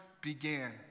began